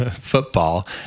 football